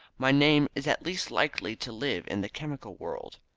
my name is at least likely to live in the chemical world.